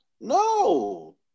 No